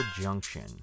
Junction